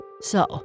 So